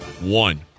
One